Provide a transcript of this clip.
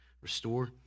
restore